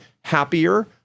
happier